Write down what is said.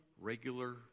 regular